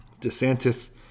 DeSantis